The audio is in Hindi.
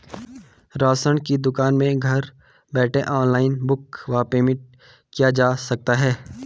राशन की दुकान में घर बैठे ऑनलाइन बुक व पेमेंट किया जा सकता है?